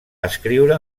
escriure